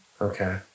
Okay